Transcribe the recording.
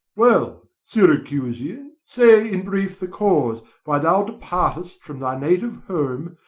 well, syracusian, say in brief the cause why thou departed'st from thy native home,